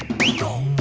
legal